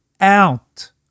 out